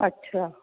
अच्छा